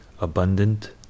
abundant